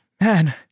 man